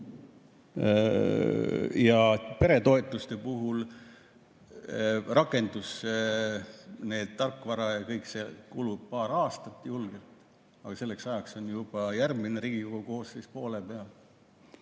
saa. Peretoetuste puhul rakendustarkvara ja kõik see – kulub paar aastat julgelt. Aga selleks ajaks on juba järgmine Riigikogu koosseis poole peal.